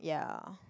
ya